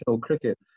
cricket